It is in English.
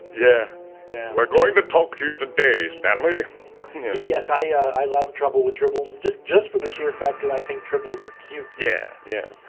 yeah yeah, we're going to but talk to you today stanley yes, i i love trouble with tribbles. just just for the sheer fact that i think triples are cute. yeah yeah,